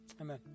Amen